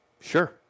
sure